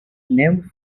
named